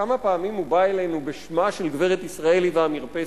כמה פעמים הוא בא אלינו בשמה של גברת ישראלי והמרפסת.